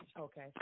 Okay